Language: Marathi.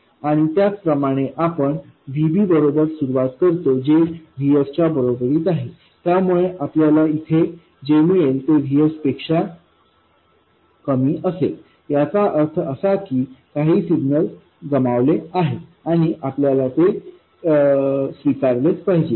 आणि त्याचप्रमाणे आपण Vb बरोबर सुरुवात करतो जे VSच्या बरोबरीत आहे त्यामुळे आपल्याला इथे जे मिळेल ते VSपेक्षा कमी असेल याचा अर्थ असा की काही सिग्नल गमावले आहेत आणि आपल्याला ते स्वीकारलेच पाहिजे